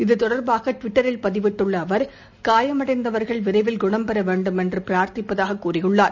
இது தொடர்பாக ட்விட்டரில் பதிவிட்டுள்ள அவர் காயமடைந்தவர்கள் விரைவில் குணம் பெற வேண்டும் என்று பிரார்த்திப்பதாக கூறியுள்ளார்